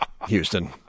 Houston